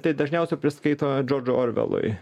tai dažniausiai priskaito džordžui orvelui